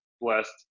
blessed